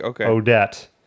Odette